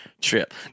trip